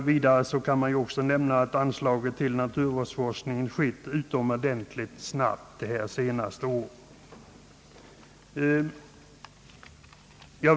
Vidare kan nämnas att anslaget till naturvårdsforskningen ökat utomordentligt snabbt under de senaste åren.